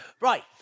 Right